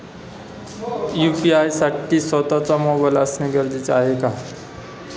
UPI साठी स्वत:चा mobile असणे गरजेचे आहे का?